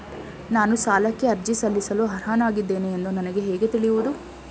ನಾನು ಸಾಲಕ್ಕೆ ಅರ್ಜಿ ಸಲ್ಲಿಸಲು ಅರ್ಹನಾಗಿದ್ದೇನೆ ಎಂದು ನನಗೆ ಹೇಗೆ ತಿಳಿಯುವುದು?